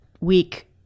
week